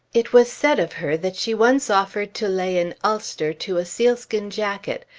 it was said of her that she once offered to lay an ulster to a sealskin jacket,